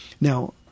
Now